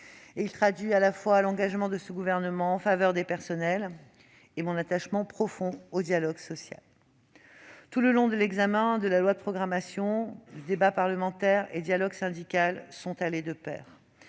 Il traduit tout à la fois l'engagement de ce gouvernement en faveur des personnels et mon attachement profond au dialogue social. Tout au long de l'examen de la loi de programmation, débat parlementaire et dialogue syndical sont allés de pair.